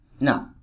No